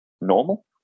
normal